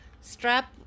Strap